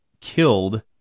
killed